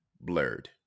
blurred